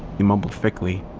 he mumbled thickly.